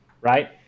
right